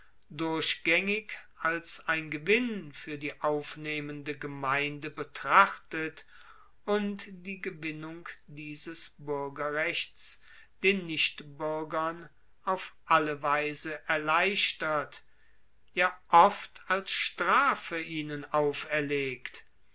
durchgaengig als ein gewinn fuer die aufnehmende gemeinde betrachtet und die gewinnung dieses buergerrechts den nichtbuergern auf alle weise erleichtert ja oft als strafe ihnen auferlegt